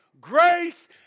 Grace